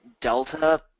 delta